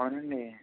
అవునండి